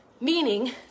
Meaning